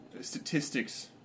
statistics